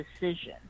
decision